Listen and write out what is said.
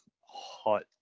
hot